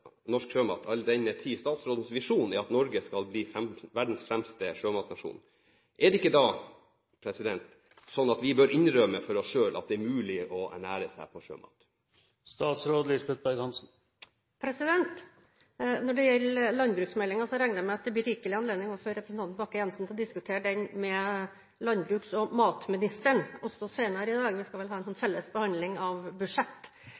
norsk sjømat, all den tid statsrådens visjon er at Norge skal bli verdens fremste sjømatnasjon? Er det ikke da sånn at vi bør innrømme for oss selv at det er mulig å ernære seg på sjømat? Når det gjelder landbruksmeldingen, regner jeg med at det blir rikelig anledning for representanten Bakke-Jensen til å diskutere den med landbruks- og matministeren – også senere i dag, vi skal vel ha en